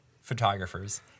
photographers